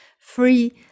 free